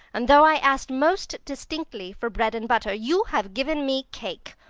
and though i asked most distinctly for bread and butter, you have given me cake.